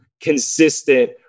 consistent